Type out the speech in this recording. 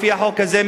לפי החוק הזה,